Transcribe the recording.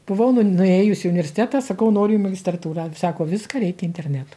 buvau nun nuėjusi į universitetą sakau noriu į magistratūrą sako viską reikia internetu